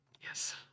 yes